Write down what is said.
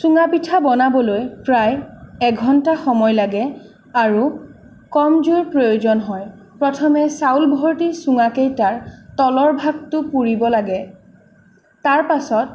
চুঙা পিঠা বনাবলৈ প্ৰায় এঘণ্টা সময় লাগে আৰু কম জুইৰ প্ৰয়োজন হয় প্ৰথমে চাউলভৰ্তি চুঙাকেইটাৰ তলৰ ভাগটো পুৰিব লাগে তাৰ পাছত